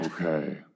Okay